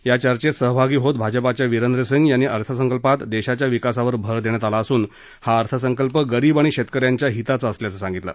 या चर्चेत सहभागी होत भाजपाच्या विरेंद्र सिंग यांनी या अर्थसंकल्पात देशाच्या विकासावर भर देण्यात आला असून हा अर्थसंकल्प गरीब आणि शेतकऱ्यांच्या हिताचा असल्याचं सांगितलं